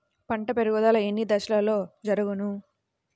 పంట పెరుగుదల ఎన్ని దశలలో జరుగును?